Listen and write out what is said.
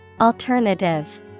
alternative